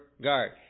guard